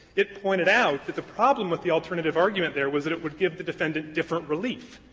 it pointed out that the problem with the alternative argument there was that it would give the defendant different relief.